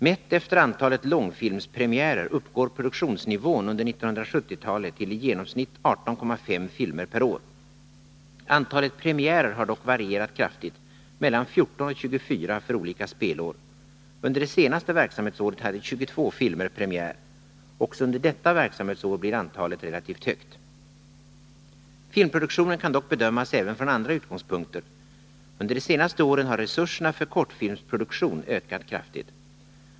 Mätt efter antalet långfilmspremiärer uppgår produktionsnivån under 1970-talet till i genomsnitt 18,5 filmer per år. Antalet premiärer har dock varierat kraftigt, mellan 14 och 24 för olika spelår. Under det senaste verksamhetsåret hade 22 filmer premiär. Också under detta verksamhetsår blir antalet relativt högt. Filmproduktionen kan dock bedömas även från andra utgångspunkter. Under de senaste åren har resurserna för kortfilmsproduktion ökat kraftigt.